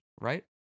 right